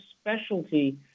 specialty